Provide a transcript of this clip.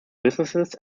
businesses